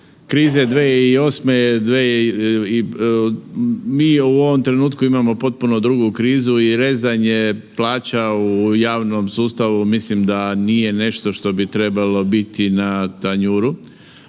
krize 2008. mi u ovom trenutku imamo potpuno drugu krizu i rezanje plaća u javnom sustavu, mislim da nije nešto što bi trebalo biti na tanjuru.